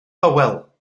hywel